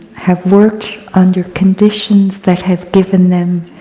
have worked under conditions that have given them